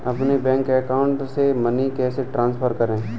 अपने bank account से money कैसे ट्रांसफर करें?